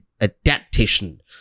adaptation